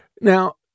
Now